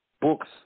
books